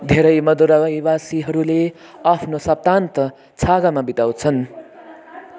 धेरै मधुरवाइवासीहरूले आफ्नो सप्ताहन्त छाँगामा बिताउँछन्